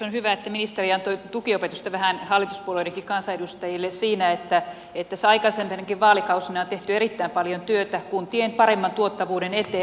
on hyvä että ministeri antoi tukiopetusta vähän hallituspuolueidenkin kansanedustajille siinä että tässä aikaisempinakin vaalikausina on tehty erittäin paljon työtä kuntien paremman tuottavuuden eteen